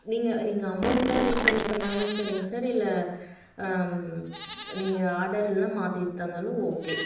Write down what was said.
நீங்கள் நீங்கள் அமௌண்ட்டை ரீஃபன்ட் பண்ணாலும் சரிங்க சார் இல்லை நீங்கள் ஆர்டர் இல்லைன்னா மாற்றி தந்தாலும் ஓகே